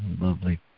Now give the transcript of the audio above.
lovely